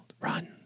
run